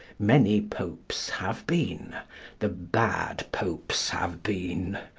many popes have been the bad popes have been.